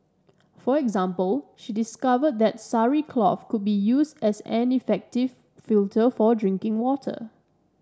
for example she discovered that sari cloth could be used as an effective filter for drinking water